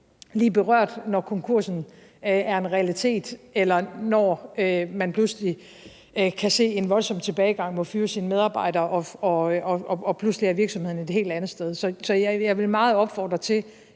lige berørt, når konkursen er en realitet, eller når man pludselig kan se en voldsom tilbagegang og man må fyre sine medarbejdere, så virksomheden pludselig er et helt andet sted. Så jeg vil opfordre